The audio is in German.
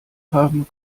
haben